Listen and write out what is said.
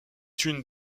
une